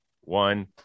one